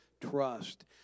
trust